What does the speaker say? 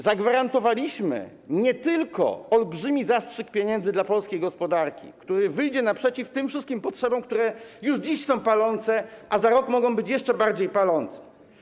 Zagwarantowaliśmy nie tylko olbrzymi zastrzyk pieniędzy dla polskiej gospodarki, który wyjdzie naprzeciw tym wszystkim potrzebom, które już dziś są palące, a za rok mogą być jeszcze bardziej palące.